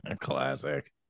Classic